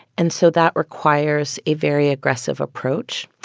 and so that requires a very aggressive approach.